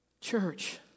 church